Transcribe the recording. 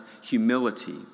humility